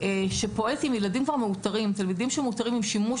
שפועלת עם תלמידים שכבר מאותרים עם שימוש